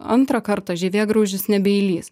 antrą kartą žievėgraužis nebeįlys